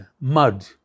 mud